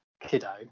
Kiddo